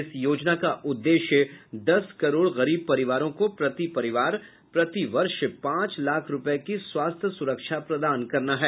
इस योजना का उद्देश्य दस करोड़ गरीब परिवारों को प्रति परिवार प्रति वर्ष पांच लाख रूपये की स्वास्थ्य सुरक्षा प्रदान करना है